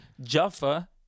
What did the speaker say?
Jaffa